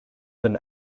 than